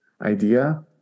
idea